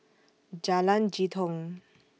Jalan Jitong